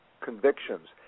convictions